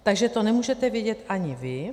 Takže to nemůžete vědět ani vy.